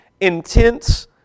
intense